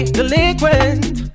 delinquent